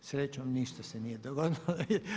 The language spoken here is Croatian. Srećom ništa se nije dogodilo.